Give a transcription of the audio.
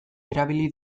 erabili